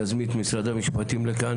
צריך להזמין את משרד המשפטים לכאן